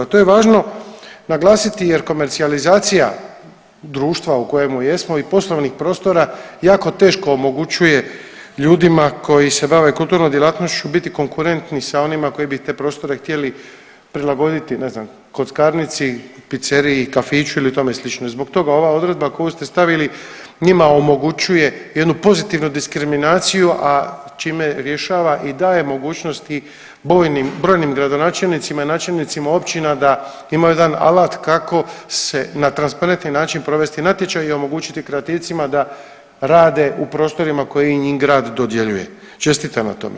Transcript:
To je važno naglasiti jer komercijalizacija društva u kojemu jesmo i poslovnih prostora jako teško omogućuje ljudima koji se bave kulturnim djelatnošću biti konkurentni sa onima koji bi te prostore htjeli prilagoditi ne znam kockarnici, pizzeriji, kafiću i tome slično i zbog toga ova odredba koju ste stavili njima omogućuje jednu pozitivnu diskriminaciju, a čime rješava i daje mogućnosti brojnim gradonačelnicima i načelnicima općina da imaju jedan alat kako se na transparentni način provesti natječaj i omogućiti kreativcima da rade u prostorima koje im grad dodjeljuje, čestitam na tome.